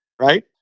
right